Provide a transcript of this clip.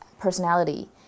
personality